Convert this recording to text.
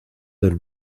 del